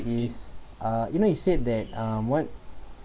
is uh you know you said that um what